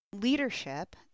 Leadership